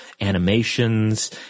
animations